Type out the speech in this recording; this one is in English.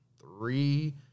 three